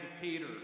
Peter